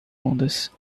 ondas